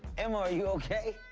emma, are you okay?